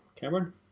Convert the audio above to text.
Cameron